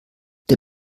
der